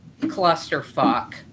clusterfuck